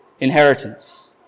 inheritance